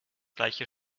gleiche